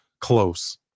close